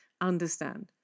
understand